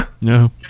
No